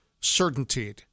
certainty